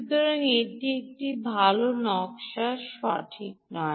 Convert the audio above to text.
সুতরাং এটি একটি ভাল নকশা সঠিক নয়